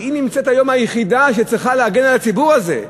שהיא היום היחידה שצריכה להגן על הציבור הזה,